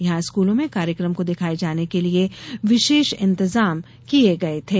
यहां स्कूलों में कार्यक्रम को दिखाये जाने के लिये विशेष इंतजाम किये गये थे